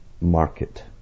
market